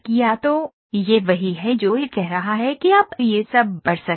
तो यह वही है जो यह कह रहा है कि आप यह सब पढ़ सकते हैं